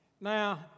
Now